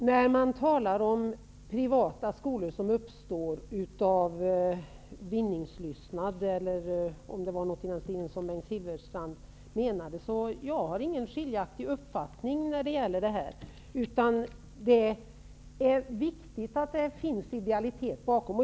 Herr talman! Bengt Silfverstrand talar om privata skolor som uppstår genom vinningslystnad -- om det nu var det han menade --, och jag har ingen skiljaktig uppfattning på den punkten, utan det är viktigt att det finns idealitet bakom.